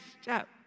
step